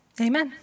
Amen